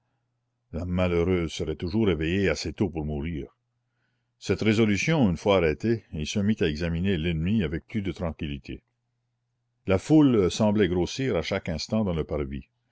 la malheureuse serait toujours éveillée assez tôt pour mourir cette résolution une fois arrêtée il se mit à examiner l'ennemi avec plus de tranquillité la foule semblait grossir à chaque instant dans le parvis